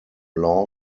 law